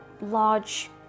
large